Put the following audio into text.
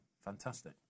Fantastic